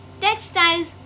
textiles